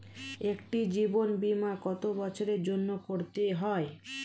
একটি জীবন বীমা কত বছরের জন্য করতে হয়?